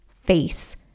face